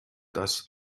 dass